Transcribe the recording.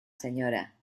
sra